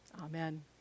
Amen